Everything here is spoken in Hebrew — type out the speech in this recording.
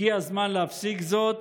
הגיע הזמן להפסיק זאת,